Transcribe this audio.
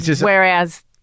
Whereas